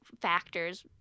factors